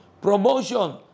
promotion